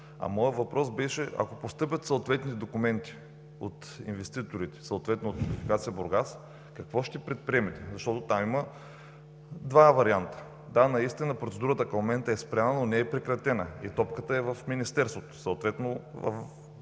а моят въпрос беше: ако постъпят съответните документи от инвеститорите, съответно от „Топлофикация – Бургас“, какво ще предприемете, защото там има два варианта? Да, наистина процедурата към момента е спряна, но не е и прекратена, и топката е в Министерството, съответно –